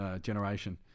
generation